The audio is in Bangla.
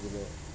গো